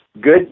good